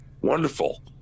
wonderful